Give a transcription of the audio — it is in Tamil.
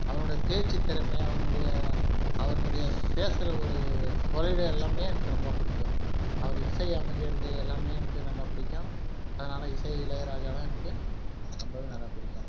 அவர்னுடைய பேச்சு திறமை அவரினுடைய அவரினுடைய பேசுகிற ஒரு எல்லாமே எனக்கு ரொம்ப பிடிக்கும் அவர் இசை அமைக்கிறது எல்லாமே எனக்கு ரொம்ப பிடிக்கும் அதனாலே இசை இளையராஜா தான் எனக்கு ரொம்பவே நல்லா பிடிக்கும்